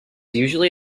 usually